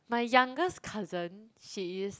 my youngest cousin she is